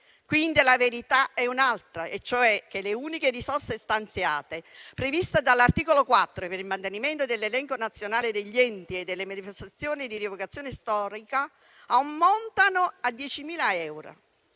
verità allora è un'altra, e cioè che le uniche risorse stanziate, previste dall'articolo 4 per il mantenimento dell'elenco nazionale degli enti e delle manifestazioni di rievocazione storica, ammontano a 10.000 euro.